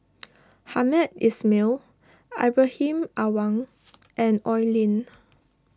Hamed Ismail Ibrahim Awang and Oi Lin